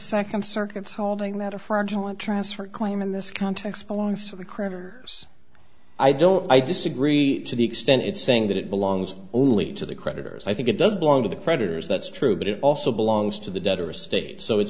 second circuit's holding that a fraudulent transfer claim in this context belongs to the creditor i don't i disagree to the extent it's saying that it belongs only to the creditors i think it does belong to the creditors that's true but it also belongs to the debtor state so it's